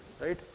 right